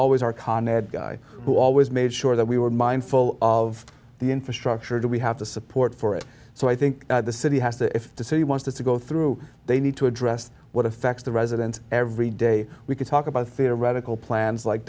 always our con ed guy who always made sure that we were mindful of the infrastructure that we have to support for it so i think the city has to if the city wants to go through they need to address what affects the residents every day we could talk about theoretical plans like